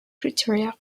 criteria